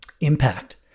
impact